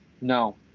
No